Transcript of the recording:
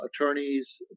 attorneys